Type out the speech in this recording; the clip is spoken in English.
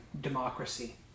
democracy